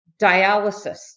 dialysis